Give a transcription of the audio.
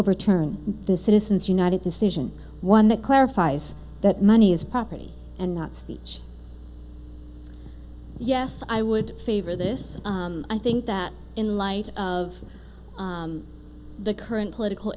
overturn the citizens united decision one that clarifies that money is property and not speech yes i would favor this i think that in light of the current political